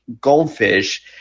goldfish